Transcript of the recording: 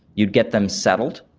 you'd get them settled,